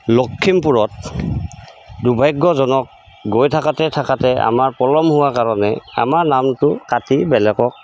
লখিমপুৰত দুৰ্ভাগ্যজনক গৈ থাকোঁতে থাকোঁতে আমাৰ পলম হোৱা কাৰণে আমাৰ নামটো কাতি বেলেগক